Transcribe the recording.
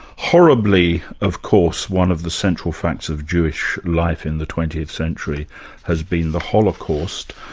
horribly, of course, one of the central facts of jewish life in the twentieth century has been the holocaust.